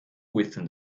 within